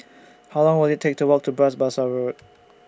How Long Will IT Take to Walk to Bras Basah Road